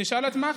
תשאל את מח"ש.